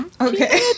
Okay